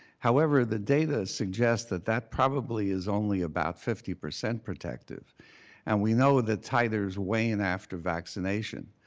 however, the data suggests that that probably is only about fifty percent protected and we know the titers weigh in after vaccination.